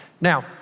now